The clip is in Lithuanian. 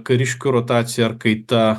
kariškių rotacijaar kaita